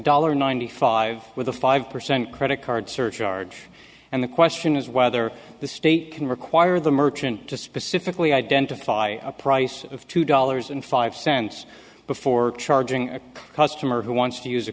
dollar ninety five with a five percent credit card surcharge and the question is whether the state can require the merchant to specifically identify a price of two dollars and five cents before charging a customer who wants to use a